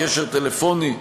קשר טלפוני,